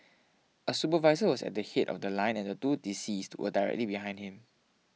a supervisor was at the head of The Line and the two deceased were directly behind him